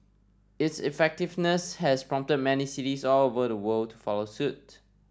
its effectiveness has prompted many cities all over the world follow suit